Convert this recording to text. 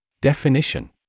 Definition